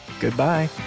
goodbye